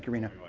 like reena.